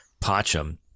pacham